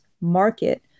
market